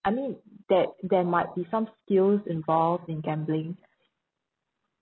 I mean there there might be some skills involved in gambling